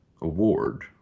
award